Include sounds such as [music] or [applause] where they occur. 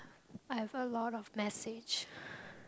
I have a lot of message [breath]